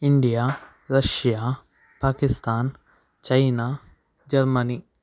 India Russia Pakistan China Germany